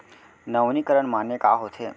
नवीनीकरण माने का होथे?